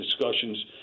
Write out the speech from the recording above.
discussions